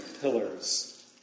pillars